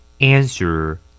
Answer